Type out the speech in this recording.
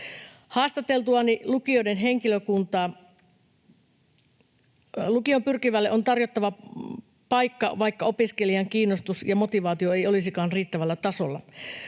vaatimuksia ja lisännyt haasteita. Lukioon pyrkivälle on tarjottava paikka, vaikka opiskelijan kiinnostus ja motivaatio eivät olisikaan riittävällä tasolla.